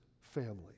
family